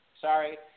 Sorry